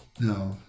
no